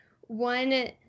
one